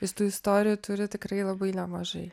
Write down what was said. jis tų istorijų turi tikrai labai nemažai